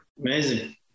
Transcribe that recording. amazing